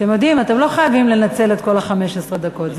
אתם יודעים, אתם לא חייבים לנצל את כל 15 הדקות.